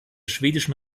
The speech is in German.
schwedischen